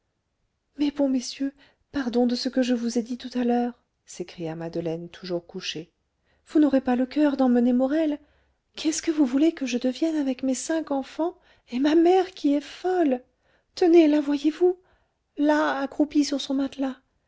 mes bons messieurs pardon de ce que je vous ai dit tout à l'heure s'écria madeleine toujours couchée vous n'aurez pas le coeur d'emmener morel qu'est-ce que vous voulez que je devienne avec mes cinq enfants et ma mère qui est folle tenez la voyez-vous là accroupie sur son matelas